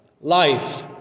life